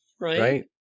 Right